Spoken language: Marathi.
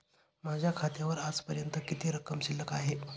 माझ्या खात्यावर आजपर्यंत किती रक्कम शिल्लक आहे?